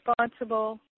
responsible